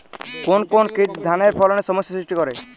কোন কোন কীট ধানের ফলনে সমস্যা সৃষ্টি করে?